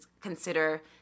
consider